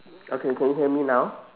okay can you hear me now